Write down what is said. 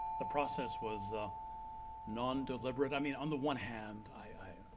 the process was non deliberate. i mean on the one hand i